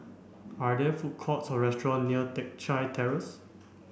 are there food courts or restaurant near Teck Chye Terrace